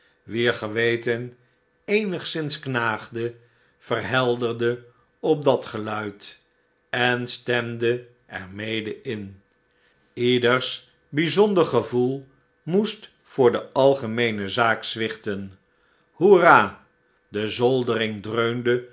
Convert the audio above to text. wier geweten eenigszins knaagde verhelderde op dat geluid en stemde er mede in ieders bijzonder gevoel moest voor de algemeene zaak zwichten hoera de zoldering dreunde